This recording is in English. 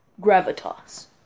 Gravitas